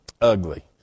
ugly